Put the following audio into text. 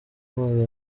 kubana